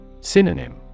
Synonym